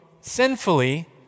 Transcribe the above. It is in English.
sinfully